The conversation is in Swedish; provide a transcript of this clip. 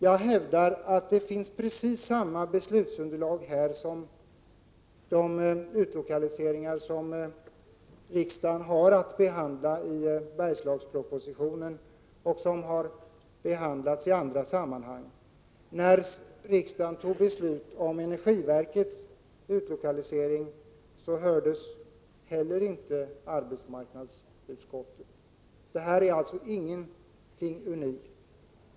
Jag hävdar att det finns precis samma beslutsunderlag i den här frågan som beträffande de utlokaliseringar som riksdagen har att behandla i samband med Bergslagspropositionen och även i andra sammanhang. När riksdagen tog beslutet om energiverkets lokalisering hördes heller inte arbetsmarknadsutskottet. Det här är alltså inget unikt.